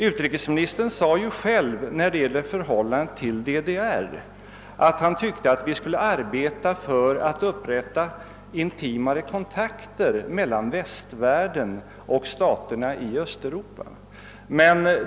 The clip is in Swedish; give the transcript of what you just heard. Utrikesministern sade när det gällde förhållandet till DDR, att han tyckte att vi skulle arbeta på att upprätta intimare kontakter mellan västvärlden och staterna i Östeuropa.